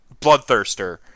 bloodthirster